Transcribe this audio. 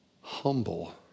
humble